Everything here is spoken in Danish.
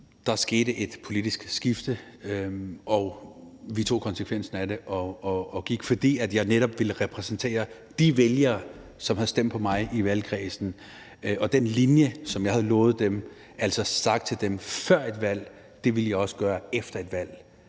der skete et politisk skifte, og vi tog konsekvensen af det, og jeg gik, fordi jeg netop ville repræsentere de vælgere, som havde stemt på mig i valgkredsen, og den linje, som jeg havde lovet dem, altså at det, jeg havde sagt til dem før et valg, ville jeg også gøre efter et valg.